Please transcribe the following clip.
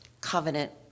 covenant